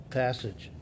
passage